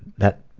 that,